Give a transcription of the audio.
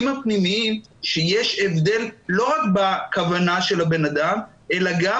הפנימיים שיש הבדל לא רק בכוונה של הבן אדם אלא גם